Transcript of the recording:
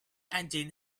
engine